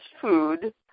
food